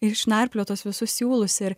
išnarpliot tuos visus siūlus ir